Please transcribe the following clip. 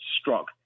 struck